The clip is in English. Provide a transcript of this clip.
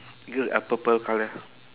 good uh purple color